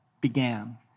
began